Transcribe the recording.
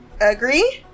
agree